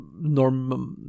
normal